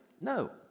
No